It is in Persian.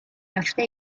رفته